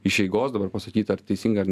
iš eigos dabar pasakyt ar teisingai ar